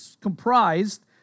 comprised